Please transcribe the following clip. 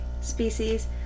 species